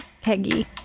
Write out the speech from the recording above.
Peggy